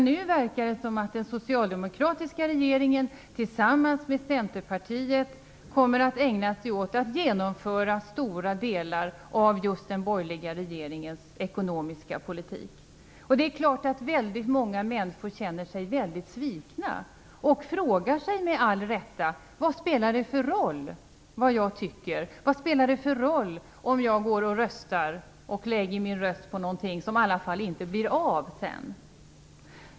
Nu verkar det som om den socialdemokratiska regeringen tillsammans med Centerpartiet kommer att ägna sig åt att genomföra stora delar av just den borgerliga regeringens ekonomiska politik. Det är klart att väldigt många människor känner sig mycket svikna och frågar sig med all rätt: Vad spelar det för roll vad jag tycker? Vad spelar det för roll om jag går och röstar och lägger min röst på någonting som i alla fall inte blir av sedan?